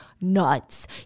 nuts